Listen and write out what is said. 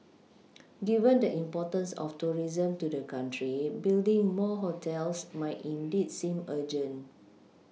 given the importance of tourism to the country building more hotels might indeed seem urgent